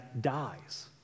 dies